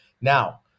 Now